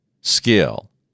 skill